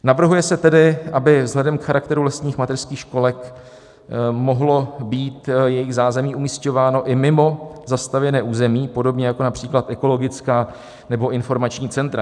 Navrhuje se tedy, aby vzhledem k charakteru lesních mateřských školek mohlo být jejich zázemí umisťováno i mimo zastavěné území, podobně jako například ekologická nebo informační centra.